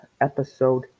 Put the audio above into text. Episode